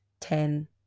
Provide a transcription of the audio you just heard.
ten